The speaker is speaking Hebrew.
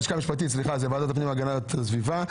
המלצת הלשכה המשפטית זה לוועדת הפנים והגנת הסביבה.